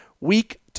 week